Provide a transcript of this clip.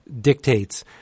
dictates